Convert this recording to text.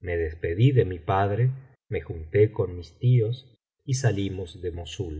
me despedí de mi padre me junté con mis tíos y salimos de mo'ssul